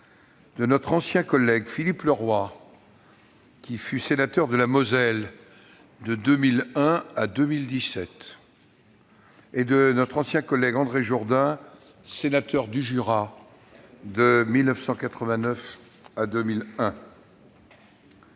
de notre ancien collègue Philippe Leroy, qui fut sénateur de la Moselle de 2001 à 2017, et de celui de notre ancien collègue André Jourdain, qui fut sénateur du Jura de 1989 à 2001.